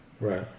Right